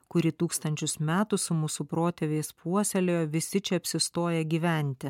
kurį tūkstančius metų su mūsų protėviais puoselėjo visi čia apsistoję gyventi